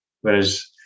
Whereas